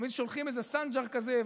תמיד שולחים איזה סנג'ר כזה,